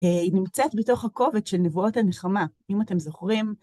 היא נמצאת בתוך הקובץ של נבואות הנחמה, אם אתם זוכרים